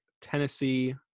Tennessee